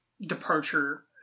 departure